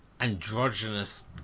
androgynous